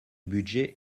budget